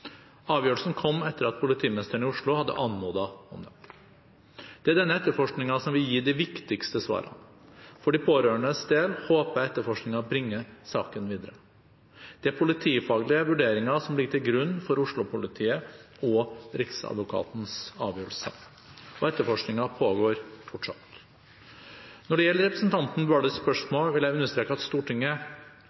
Avgjørelsen kom etter at politimesteren i Oslo hadde anmodet om dette. Det er denne etterforskningen som vil gi de viktigste svarene. For de pårørendes del håper jeg etterforskningen bringer saken videre. Det er politifaglige vurderinger som ligger til grunn for Oslo-politiets og Riksadvokatens avgjørelser, og etterforskningen pågår fortsatt. Når det gjelder representanten Bøhlers spørsmål, vil jeg understreke at Stortinget